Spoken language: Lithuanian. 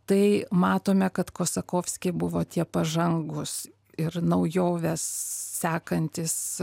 tai matome kad kosakovskiai buvo tie pažangūs ir naujoves sekantys